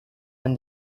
and